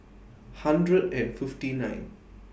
hundred and fifty nine